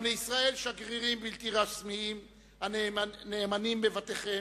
גם לישראל שגרירים בלתי רשמיים ונאמנים בבתיכם,